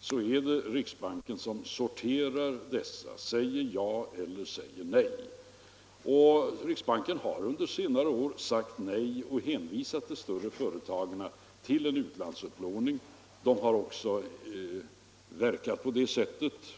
så är det riksbanken som sorterar och säger ja eller nej. Riksbanken har under senare år sagt nej och hänvisat de större företagen till utlandsupplåning. De har också agerat på det sättet.